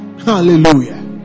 hallelujah